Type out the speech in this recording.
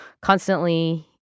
constantly